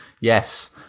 Yes